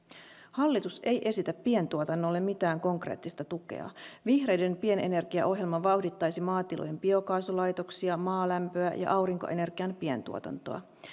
hallitus ei esitä pientuotannolle mitään konkreettista tukea vihreiden pienenergiaohjelma vauhdittaisi maatilojen biokaasulaitoksia maalämpöä ja aurinkoenergian pientuotantoa